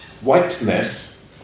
Whiteness